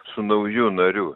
su nauju nariu